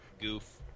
goof